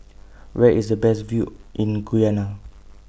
Where IS The Best View in Guyana